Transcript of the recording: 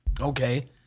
Okay